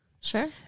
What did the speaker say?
Sure